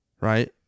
Right